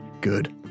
Good